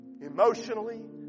emotionally